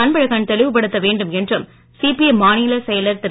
அன்பழகன் தெளிவுபடுத்த வேண்டும் என்றும் சிபிஐ மாநிலச் செயலர் திரு